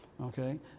okay